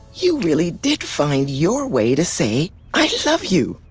you really did find your way to say i love you.